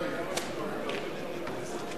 חברי חברי הכנסת,